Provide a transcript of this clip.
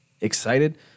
excited